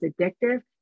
addictive